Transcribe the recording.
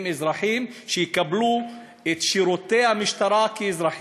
הם אזרחים, שיקבלו את שירותי המשטרה כאזרחים.